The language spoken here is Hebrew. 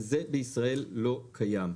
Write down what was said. זה בישראל לא קיים.